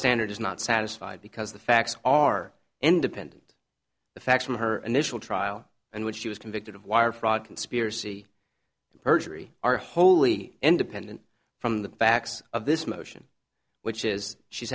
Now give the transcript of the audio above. standard is not satisfied because the facts are independent the facts from her initial trial and what she was convicted of wire fraud conspiracy and perjury are wholly independent from the facts of this motion which is she's